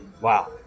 Wow